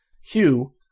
Hugh